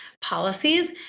policies